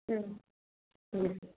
ம் ம்